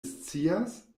scias